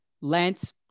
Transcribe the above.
Lance